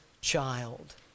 child